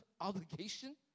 obligation